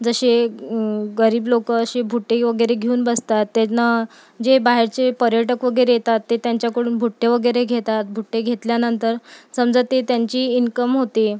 जसे गरीब लोक अशे भुट्टे वगैरे घेऊन बसतात त्यांना जे बाहेरचे पर्यटक वगैरे येतात ते त्यांच्याकडून भुट्टे वगैरे घेतात भुट्टे घेतल्यानंतर समजा ते त्यांची इन्कम होते